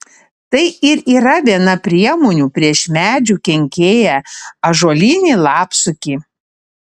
tai ir yra viena priemonių prieš medžių kenkėją ąžuolinį lapsukį